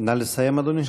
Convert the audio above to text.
נא לסיים, אדוני.